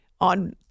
on